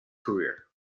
career